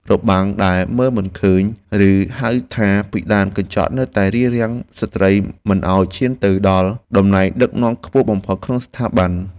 របាំងដែលមើលមិនឃើញឬហៅថាពិដានកញ្ចក់នៅតែរារាំងស្ត្រីមិនឱ្យឈានទៅដល់តំណែងដឹកនាំខ្ពស់បំផុតក្នុងស្ថាប័ន។